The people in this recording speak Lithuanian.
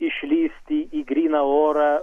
išlįsti į gryną orą